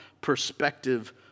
perspective